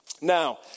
Now